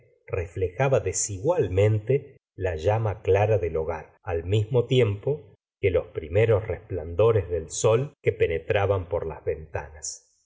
reflejaba desigualmente la llama clara del hogar al mismo tiempo que los primeros resplandores del sol que penetraban por las ventanas